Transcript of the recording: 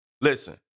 Listen